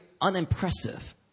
unimpressive